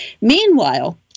Meanwhile